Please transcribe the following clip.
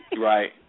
right